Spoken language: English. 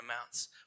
amounts